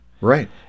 right